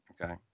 okay